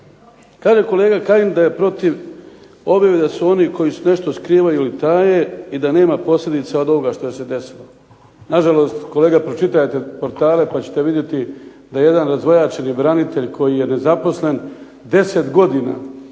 kaže kolega Kajin da je protiv objave da se oni koji nešto skrivaju ili taje i da posljedica od ovoga što se desilo. Nažalost kolega, pročitajte portale pa ćete vidjeti da jedan razvojačeni branitelj koji je nezaposlen 10 godina